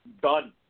Done